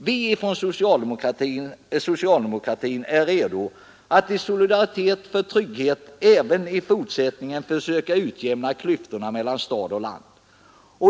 Vi från socialdemokratin är redo att i solidaritet för trygghet även i fortsättningen försöka utjämna klyftorna mellan stad och land.